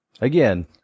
again